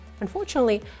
Unfortunately